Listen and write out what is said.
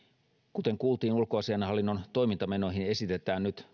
kuten kuultiin ulkoasiainhallinnon toimintamenoihin esitetään nyt